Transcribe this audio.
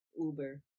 Uber